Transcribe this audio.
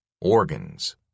organs